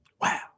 wow